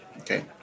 Okay